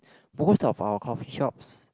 most of our coffee shops